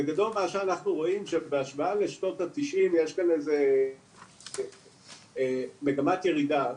בגדול מה שאנחנו רואים שבהשוואה לשנות התשעים יש כאן מגמת ירידה.